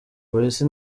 polisi